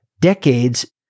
decades